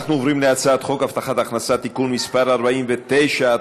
אנחנו עוברים להצעת חוק הבטחת הכנסה (תיקון מס' 49),